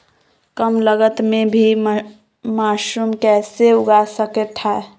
कम लगत मे भी मासूम कैसे उगा स्केट है?